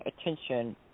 attention